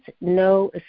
no